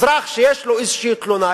אזרח שיש לו איזו תלונה,